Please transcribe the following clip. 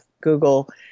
Google